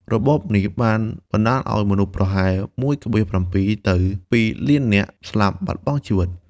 របបនេះបានបណ្តាលឱ្យមនុស្សប្រហែល ១,៧ ទៅ ២ លាននាក់ស្លាប់បាត់បង់ជីវិត។